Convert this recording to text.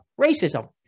racism